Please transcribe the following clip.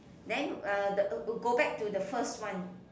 then uh the go back to the first one